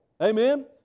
Amen